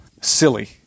Silly